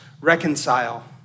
Reconcile